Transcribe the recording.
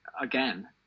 again